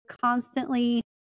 constantly